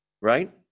right